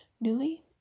newly